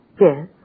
Yes